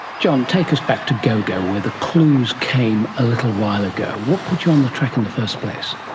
john, take us back to gogo where the clues came a little while ago. what put you on the track in the first place?